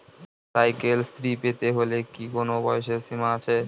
Cycle Shri পেতে হলে কি কোনো বয়সের সীমা আছে?